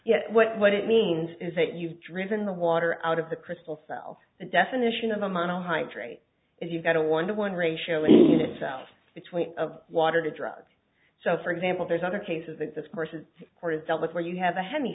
yet what it means is that you've driven the water out of the crystal cell the definition of a model hydrate if you've got a one to one ratio of self between of water to drugs so for example there's other cases that this person has dealt with where you have a heavy